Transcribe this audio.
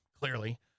clearly